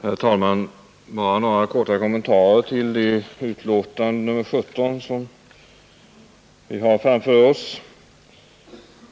Herr talman! Bara några korta kommentarer till det utlåtande — trafikutskottets betänkande nr 17 — som vi har framför oss.